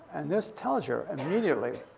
and this tells you, and immediately,